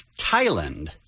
Thailand